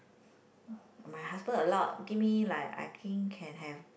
my husband allow give me like I think can have